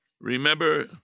Remember